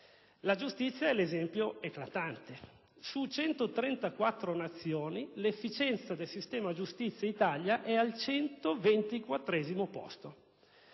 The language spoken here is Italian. La giustizia è un esempio eclatante: su 134 Nazioni, l'efficienza del sistema giustizia Italia è al 124° posto.